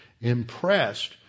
impressed